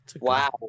wow